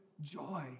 joy